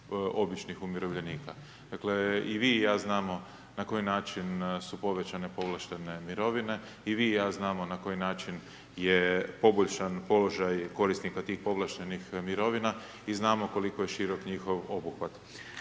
običnih umirovljenika. Dakle, i vi i ja znamo na koji način su povećane povlaštene mirovine i vi i ja znamo na koji način je poboljšan položaj od tih povlaštenih mirovina i znamo koliko je širok njihov obuhvat.